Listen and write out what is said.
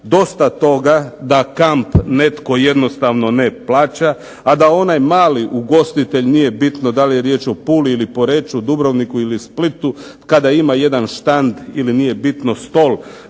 dosta toga da kamp netko jednostavno ne plaća, a da onaj mali ugostitelj, nije bitno da li je riječ o Puli ili Poreču, Dubrovniku ili Splitu, kada ima jedan štand ili nije bitno, stol